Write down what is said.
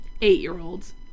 Eight-year-olds